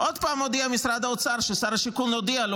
עוד פעם הודיע משרד האוצר ששר השיכון הודיע לו